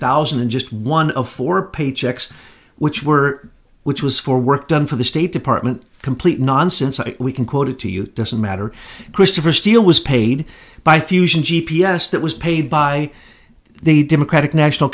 thousand and just one of four paychecks which were which was for work done for the state department complete nonsense we can quote it to you doesn't matter christopher steele was paid by fusion g p s that was paid by the democratic national